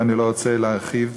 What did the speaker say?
אני לא רוצה להרחיב,